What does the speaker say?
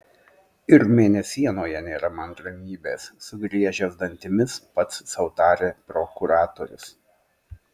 ir mėnesienoje nėra man ramybės sugriežęs dantimis pats sau tarė prokuratorius